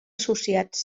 associats